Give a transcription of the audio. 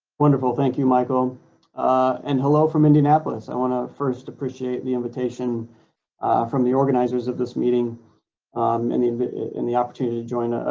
wonderful, thank you michael and hello from indianapolis. i want to first appreciate the invitation from the organizers of this meeting um and the and the opportunity to join,